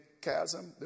chasm